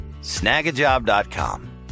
snagajob.com